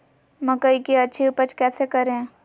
मकई की अच्छी उपज कैसे करे?